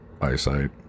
eyesight